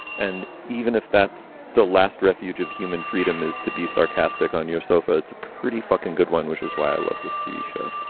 and even if that's the last refuge of human freedom is to be sarcastic on your sofa, it's a pretty fucking good one, which is why i love this tv show.